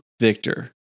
Victor